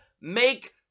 make